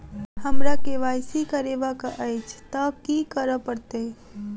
हमरा केँ Y C करेवाक अछि तऽ की करऽ पड़तै?